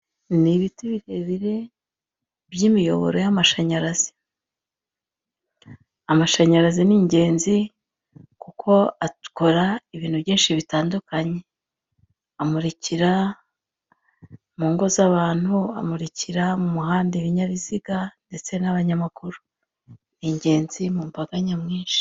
Ni ibiti birebire by'imiyoboro y'amashanyarazi, amashanyarazi ni ingenzi kuko akora ibintu bitandukanye, amurikira mu ngo z'abantu, amurikira mu muhanda ibinyabiziga ndetse n'abanyamakuru, ni ingenzi mu mbaga nyamwinshi.